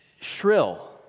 shrill